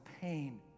pain